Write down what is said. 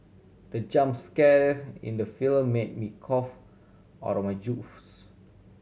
the jump scare in the film made me cough out my juice